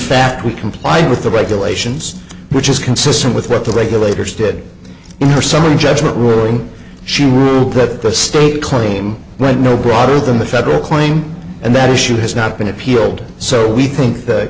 fact we complied with the regulations which is consistent with what the regulators did in her summary judgment ruling she ruled that the state claim went no broader than the federal claim and that issue has not been appealed so we think th